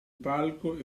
palco